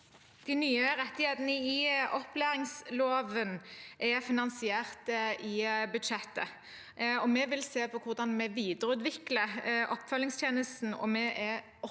De nye rettighetene i opplæringsloven er finansiert i budsjettet. Vi vil se på hvordan vi videreutvikler oppfølgingstjenesten, og vi er opptatt